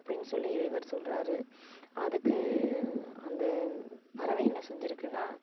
அப்டின்னு சொல்லி இறைவர் சொல்கிறாரு அதுக்கு அந்த பறவை என்ன செஞ்சுருக்குனா